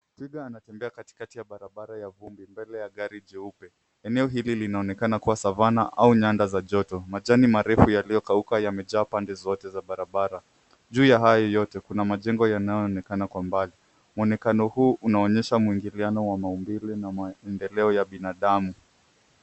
Twiga anatembea katikati ya barabara ya vumbi mbele ya gari jeupe, eneo hili linaonekana kuwa savana au nyanda za joto. Majani marefu yaliokauka yamejaa pande zote za barabara, juu ya hawa yote kuna majengo yanayoonekana kwa mbali muonekano huu unaonyesha mwigiliano wa maumbile na maendeleo ya binadamu.